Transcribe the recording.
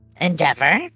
endeavor